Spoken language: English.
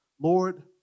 Lord